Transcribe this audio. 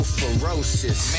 ferocious